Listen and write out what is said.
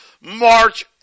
March